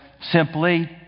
simply